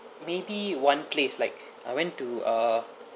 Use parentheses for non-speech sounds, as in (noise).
may be one place like (breath) I went to uh